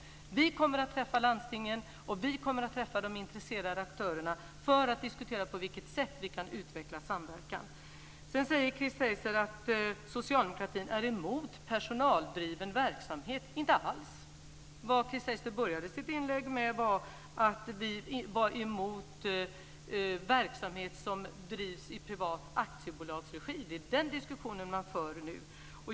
Vi kommer att träffa landstingen och de intresserade aktörerna för att diskutera på vilket sätt vi kan utveckla samverkan. Sedan säger Chris Heister att socialdemokratin är emot personaldriven verksamhet - inte alls! Chris Heister började sitt inlägg med att vi var emot verksamhet som drivs i privat aktiebolagsregi. Det är den diskussionen man för nu.